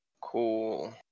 Cool